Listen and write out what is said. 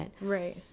right